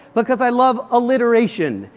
because i love alliteration.